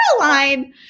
Caroline